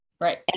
Right